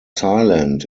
silent